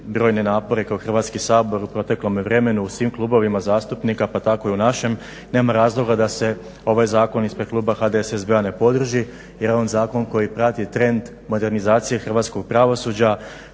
brojne napore kao Hrvatski saboru u proteklome vremenu u svim klubovima zastupnika pa tako i u našem. Nema razloga da se ovaj zakon ispred kluba HDSSB-a ne podrži jer on je zakon koji prati trend modernizacije Hrvatskog Pravosuđa